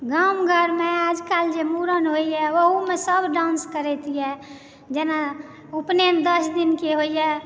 गाम घरमे जे आइकाल्हि मुड़न होइया ओहुमे सब डान्स करैत यऽ जेना उपनयन दस दिनके होइया